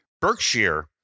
Berkshire